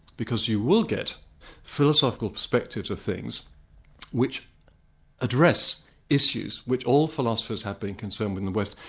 because you will get philosophical perspectives of things which address issues which all philosophers have been concerned with in the west,